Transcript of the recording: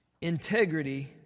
integrity